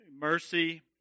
Mercy